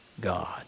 God